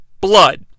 blood